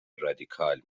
رادیکال